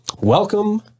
Welcome